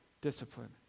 discipline